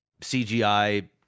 CGI